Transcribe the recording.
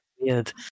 weird